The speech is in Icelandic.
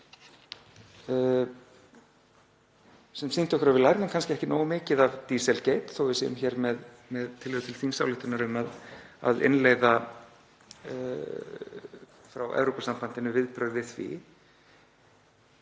sem sýndi okkur að við lærðum kannski ekki nógu mikið af Dieselgate þó að við séum hér með tillögu til þingsályktunar um að innleiða frá Evrópusambandinu viðbrögð við því.